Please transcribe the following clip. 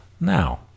Now